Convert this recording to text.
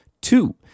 two